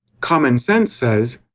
common sense says.